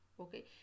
okay